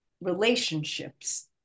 relationships